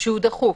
שהוא דחוף